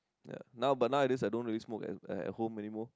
ya now but nowadays I don't really smoke at at home anymore